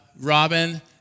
Robin